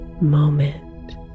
moment